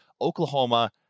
oklahoma